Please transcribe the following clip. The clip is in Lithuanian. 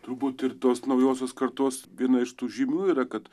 turbūt ir tos naujosios kartos viena iš tų žymių yra kad